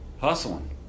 hustling